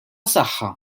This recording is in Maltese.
saħħa